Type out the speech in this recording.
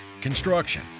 construction